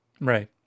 Right